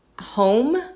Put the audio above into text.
home